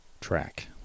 track